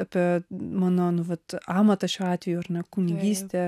apie mano nu vat amatą šiuo atveju ar ne kunigystę